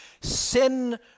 Sin